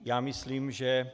Já myslím, že...